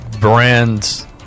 brands